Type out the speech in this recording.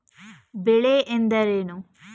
ಬೆಳೆ ಎಂದರೇನು?